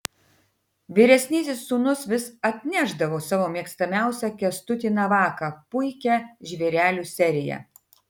vyresnysis sūnus vis atnešdavo savo mėgstamiausią kęstutį navaką puikią žvėrelių seriją